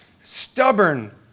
stubborn